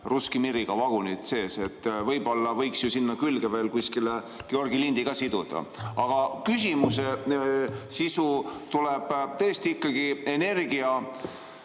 мир» vagunid sees. Võib-olla võiks ju sinna külge veel kuskile Georgi lindi ka siduda. Aga küsimus tuleb tõesti ikkagi energia